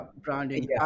branding